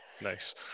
Nice